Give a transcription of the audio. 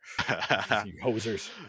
hosers